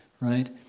right